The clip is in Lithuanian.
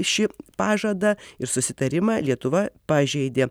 šį pažadą ir susitarimą lietuva pažeidė